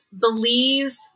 believe